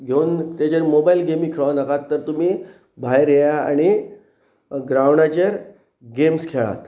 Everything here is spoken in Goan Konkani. घेवन तेजेर मोबायल गेमी खेळोंक नाकात तर तुमी भायर येया आनी ग्रावंडाचेर गेम्स खेळात